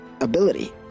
ability